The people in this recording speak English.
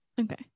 Okay